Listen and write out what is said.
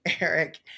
Eric